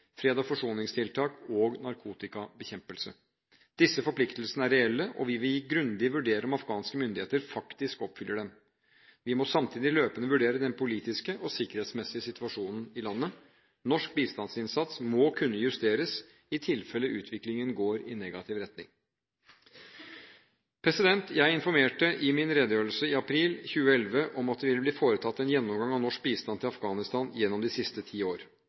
og forsoningstiltak og narkotikabekjempelse. Disse forpliktelsene er reelle, og vi vil grundig vurdere om afghanske myndigheter faktisk oppfyller dem. Vi må samtidig løpende vurdere den politiske og sikkerhetsmessige situasjonen i landet. Norsk bistandsinnsats må kunne justeres i tilfelle utviklingen går i negativ retning. Jeg informerte i redegjørelse i april 2011 om at det ville bli foretatt en gjennomgang av norsk bistand til Afghanistan gjennom de siste ti år.